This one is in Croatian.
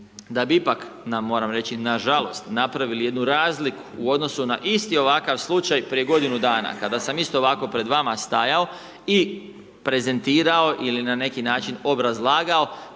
da bi ipak, moram reći nažalost, napravili jednu razliku u odnosu na isti ovakav slučaj prije godinu dana, kada sam isto ovako pred vama stajao i prezentirao ili na neki način obrazlagao